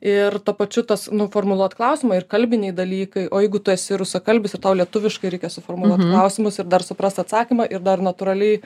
ir tuo pačiu tas nu formuluot klausimą ir kalbiniai dalykai o jeigu tu esi rusakalbis ir tau lietuviškai reikia suformuluot klausimus ir dar suprast atsakymą ir dar natūraliai